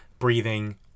Breathing